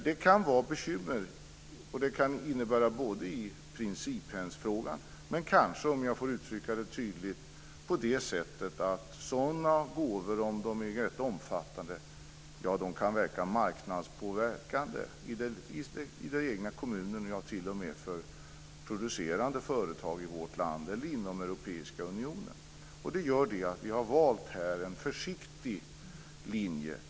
Det kan vara bekymmer. Det kan handla om både principfrågan och, om jag får uttrycka det tydligt, om att sådana gåvor om de är omfattande kan vara marknadspåverkande i den egna kommunen och t.o.m. för producerande företag i vårt land och inom den europeiska unionen. Det gör att vi har valt en försiktig linje.